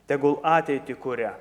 tegul ateitį kuria